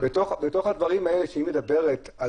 אבל בתוך הדברים האלה שהיא מדברת על